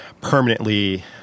permanently